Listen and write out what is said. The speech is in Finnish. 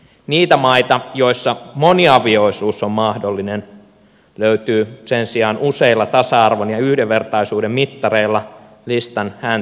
niitä maita joissa moniavioisuus on mahdollinen löytyy sen sijaan useilla tasa arvon ja yhdenvertaisuuden mittareilla listan häntäpäästä